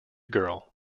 girl